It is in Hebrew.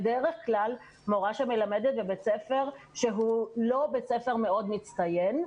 בדרך כלל מורה שמלמדת בבית ספר שהוא לא בית ספר מאוד מצטיין,